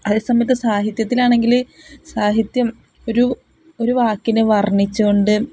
അതേ സമയത്തു സാഹിത്യത്തിലാണെങ്കില് സാഹിത്യം ഒരു ഒരു വാക്കിനെ വർണ്ണിച്ചുകൊണ്ട്